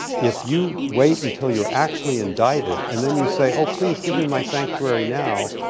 if you wait until you're actually indicted and then you say, oh, please, give me my sanctuary now,